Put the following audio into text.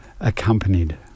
accompanied